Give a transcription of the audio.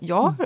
Jag